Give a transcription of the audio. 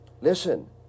Listen